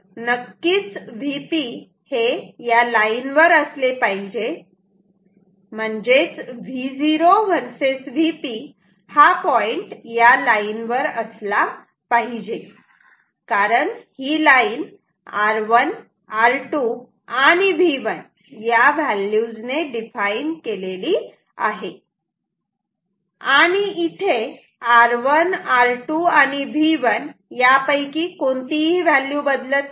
तर नक्कीच Vp हे या लाईन वर असले पाहिजे म्हणजेच Vo वर्सेस Vp हा पॉईंट या लाईनवर असला पाहिजे कारण ही लाईन R1 R2 आणि V1 या व्हॅल्यू ने डिफाइन केलेली आहे आणि इथे R1 R2 आणि V1 यापैकी कोणतीही व्हॅल्यू बदलत नाही